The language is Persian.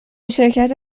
شرکت